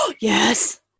Yes